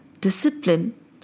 Discipline